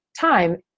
time